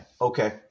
Okay